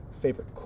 Favorite